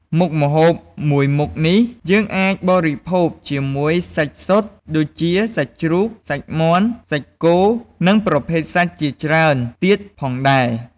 មុខម្ហូបមួយមុខនេះ យើងអាចបរិភោគជាមួយសាច់សុទ្ធ ដូចជាសាច់ជ្រូក សាច់មាន់ សាច់គោនិងប្រភេទសាច់ជាច្រើនទៀតផងដែរ។